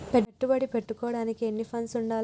పెట్టుబడి పెట్టేటోనికి ఎన్ని ఫండ్స్ ఉండాలే?